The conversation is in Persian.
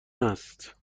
است